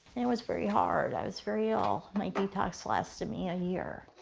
and it was very hard, i was very ill. my detox lasted me a year.